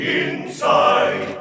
inside